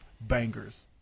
bangers